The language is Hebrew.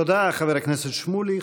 תודה, חבר הכנסת שמולי.